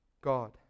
God